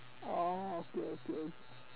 oh okay okay